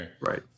Right